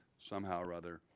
somehow or other,